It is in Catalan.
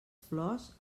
flors